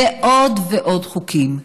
ועוד ועוד חוקים.